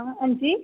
अंजी